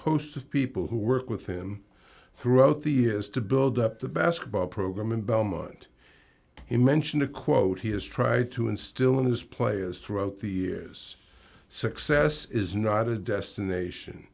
of people who work with him throughout the years to build up the basketball program in belmont in mention a quote he has tried to instill in his players throughout the years success is not a destination